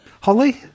Holly